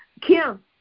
Kim